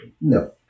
No